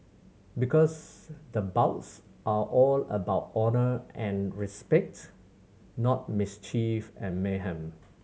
because the bouts are all about honour and respect not mischief and mayhem